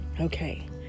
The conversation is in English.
Okay